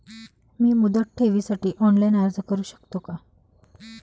मी मुदत ठेवीसाठी ऑनलाइन अर्ज करू शकतो का?